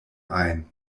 ein